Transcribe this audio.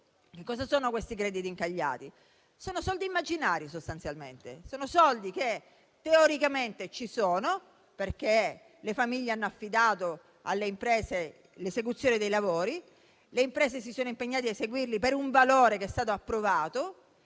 Cosa sono i crediti incagliati? Sono soldi immaginari, sostanzialmente, che teoricamente ci sono, perché le famiglie hanno affidato l'esecuzione dei lavori alle imprese, che si sono impegnate ad eseguirli per un valore che è stato approvato.